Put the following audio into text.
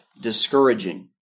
discouraging